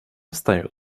встает